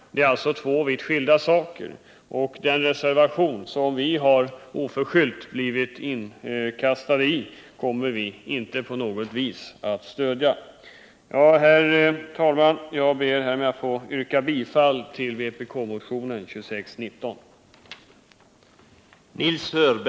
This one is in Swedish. Det gäller alltså två vitt skilda frågor, och den reservation som vårt förslag oförskyllt kommit att omfattas av kommer vi inte på något sätt att stödja. Herr talman! Jag ber härmed att få yrka bifall till vpk-motionen 2619.